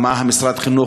מה משרד החינוך,